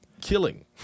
killing